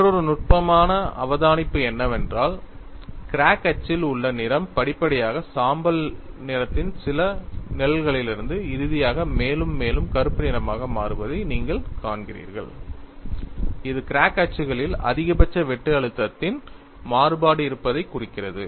மற்றொரு நுட்பமான அவதானிப்பு என்னவென்றால் கிராக் அச்சில் உள்ள நிறம் படிப்படியாக சாம்பல் நிறத்தின் சில நிழல்களிலிருந்து இறுதியாக மேலும் மேலும் கருப்பு நிறமாக மாறுவதை நீங்கள் காண்கிறீர்கள் இது கிராக் அச்சுகளில் அதிகபட்ச வெட்டு அழுத்தத்தின் மாறுபாடு இருப்பதைக் குறிக்கிறது